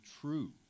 true